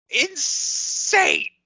Insane